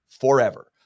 forever